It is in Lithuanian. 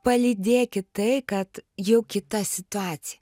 palydėkit tai kad jau kita situacija